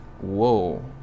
whoa